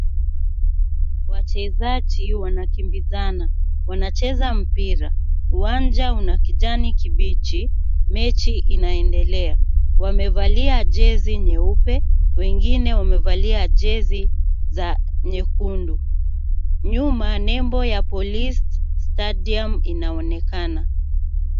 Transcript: Wachezaji wanakimbizana wanacheza mpira. Uwanja una kijani kibichi, mechi inaendelea. Wamevalia jezi nyeupe wengine wamevalia jezi za nyekundu. Nyuma nembo ya Police Stadium inaonekana.